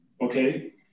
okay